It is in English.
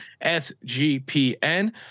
SGPN